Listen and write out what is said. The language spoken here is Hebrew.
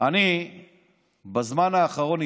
בזמן האחרון,